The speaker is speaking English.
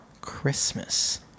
Christmas